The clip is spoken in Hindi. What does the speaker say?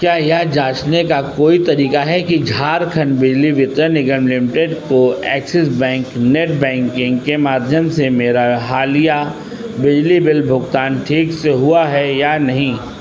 क्या यह जांचने का कोई तरीका है कि झारखंड बिजली वितरण निगम लिमिटेड को एक्सिस बैंक नेट बैंकिंग के माध्यम से मेरा हालिया बिजली बिल भुगतान ठीक से हुआ है या नहीं